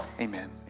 Amen